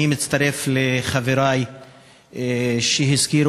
אני מצטרף לחברי שהזכירו,